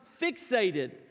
fixated